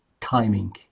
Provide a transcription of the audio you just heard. timing